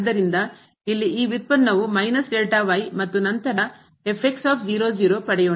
ಆದ್ದರಿಂದ ಇಲ್ಲಿ ಈ ವ್ಯುತ್ಪನ್ನವು ಮತ್ತು ನಂತರ ಪಡೆಯೋಣ